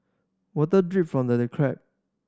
water drip from the crack